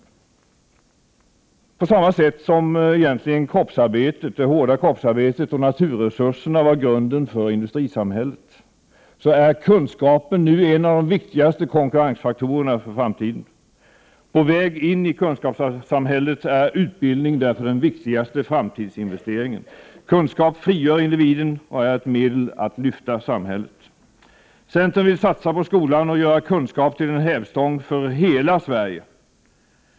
På samma sätt som det hårda kroppsarbetet och naturresurserna var grunden för industrisamhället är kunskap nu en av de viktigaste konkurrensfaktorerna för framtiden. På väg in i kunskapssamhället är utbildning därför den viktigaste framtidsinvesteringen. Kunskap frigör individen och är ett medel för att lyfta samhället. Centern vill satsa på skolan och göra kunskap till en hävstång för hela Sverige.